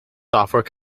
software